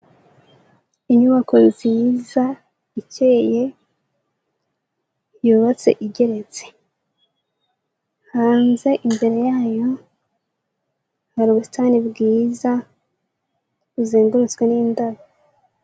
Inyubako nziza ikeye yubatse igeretse, hanze imbere yayo hari ubusitani bwiza buzengurutswe n'indabo.